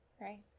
right